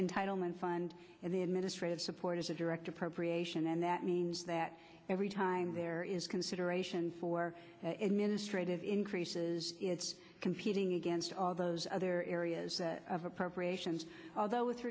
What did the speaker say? entitlement fund and the administrative support is a direct appropriation and that means that every time there is consideration for in a straight it increases it's competing against all those other areas of appropriations although with